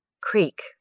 Creek